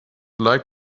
like